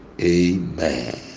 amen